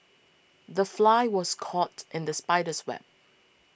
the fly was caught in the spider's web